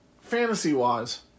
fantasy-wise